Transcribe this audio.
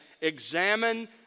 examine